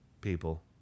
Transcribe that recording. people